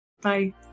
Bye